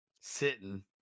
sitting